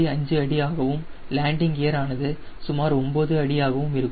5 அடி ஆகவும் landing gear ஆனது சுமார் 9 அடி ஆகவும் இருக்கும்